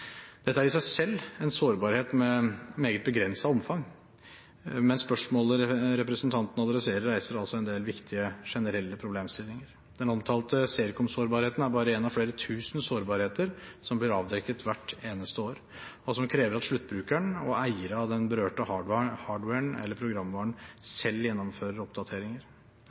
Dette er i seg selv en sårbarhet med meget begrenset omfang. Men spørsmålet representanten adresserer, reiser altså en del viktige generelle problemstillinger. Den omtalte Sercomm-sårbarheten er bare en av flere tusen sårbarheter som blir avdekket hvert eneste år, og som krever at sluttbrukeren og eiere av den berørte hardwaren eller programvaren selv gjennomfører oppdateringer.